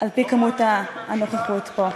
על-פי כמות הנוכחות פה.